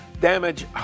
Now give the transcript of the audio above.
damage